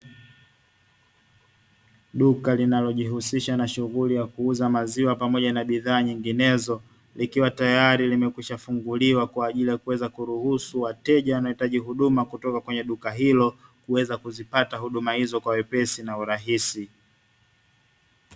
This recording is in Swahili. Duka linalojihushisha na shughuli ya kuuza maziwa pamoja na bidhaa nyinginezo; likiwa tayari limekwisha funguliwa kwa ajili ya kuweza kuruhusu wateja wanaotaka huduma kutoka kwenye duka hilo, kuweza kupata huduma hizo kwa wepesi na urahisi.